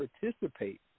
participate